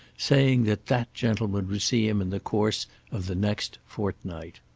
saying that that gentleman would see him in the course of the next fortnight.